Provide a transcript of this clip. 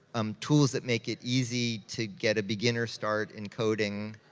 um tools that make it easy to get a beginner start in coding.